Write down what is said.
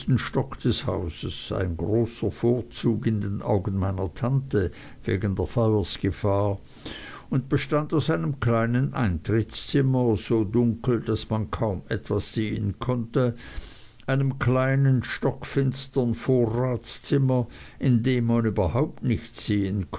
stock des hauses ein großer vorzug in den augen meiner tante wegen der feuersgefahr und bestand aus einem kleinen eintrittszimmer so dunkel daß man kaum etwas sehen konnte einem kleinen stockfinstern vorratszimmer in dem man überhaupt nichts sehen